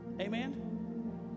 amen